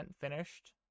finished